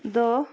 دہ